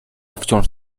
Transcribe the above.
wciąż